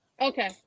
Okay